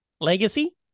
Legacy*